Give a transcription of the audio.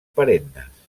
perennes